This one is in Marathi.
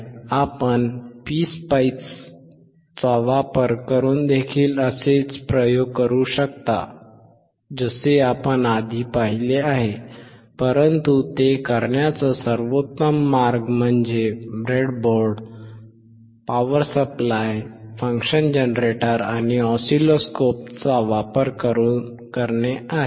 आपण PSpice चा वापर करून देखील असेच प्रयोग करू शकता जसे आपण आधी पाहिले आहे परंतु ते करण्याचा सर्वोत्तम मार्ग म्हणजे breadboard power supply function generator आणि ऑसिलोस्कोप चा वापर करून करणे आहे